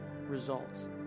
results